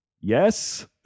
Yes